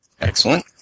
Excellent